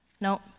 No